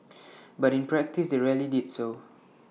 but in practice they rarely did so